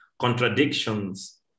contradictions